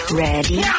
ready